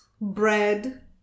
bread